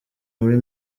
muri